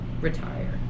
retire